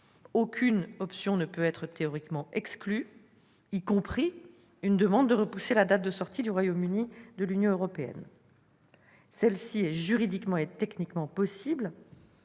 Aucune option ne peut être théoriquement exclue, y compris une demande de report de la date de sortie du Royaume-Uni de l'Union européenne. Celui-ci est juridiquement et techniquement possible,